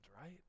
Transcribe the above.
right